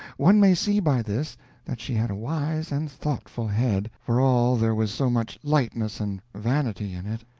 one may see by this that she had a wise and thoughtful head, for all there was so much lightness and vanity in it.